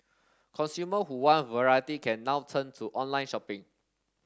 consumer who want variety can now turn to online shopping